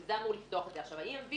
וזה אמור לפתוח אותה.